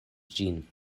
ĝin